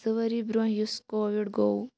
زٕ ؤری برونٛہہ یُس کووِڈ گوٚو